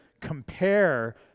compare